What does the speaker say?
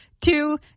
two